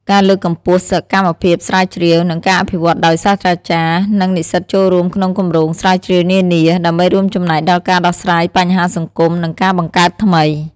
ការលើកកម្ពស់សកម្មភាពស្រាវជ្រាវ និងការអភិវឌ្ឍន៍ដោយសាស្ត្រាចារ្យ និងនិស្សិតចូលរួមក្នុងគម្រោងស្រាវជ្រាវនានា ដើម្បីរួមចំណែកដល់ការដោះស្រាយបញ្ហាសង្គម និងការបង្កើតថ្មី។